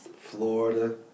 Florida